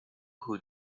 who